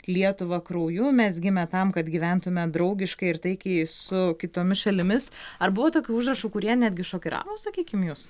lietuvą krauju mes gimę tam kad gyventume draugiškai ir taikiai su kitomis šalimis ar buvo tokių užrašų kurie netgi šokiravo sakykim jus